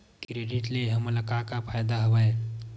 Credit ले हमन का का फ़ायदा हवय?